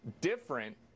different